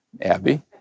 Abby